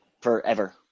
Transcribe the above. Forever